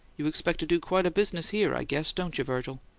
you expect to do quite a business here, i guess, don't you, virgil?